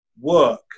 work